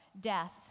death